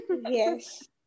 Yes